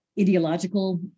ideological